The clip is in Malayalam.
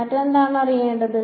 മറ്റെന്താണ് അറിയേണ്ടത്